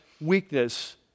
weakness